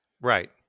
Right